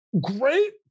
great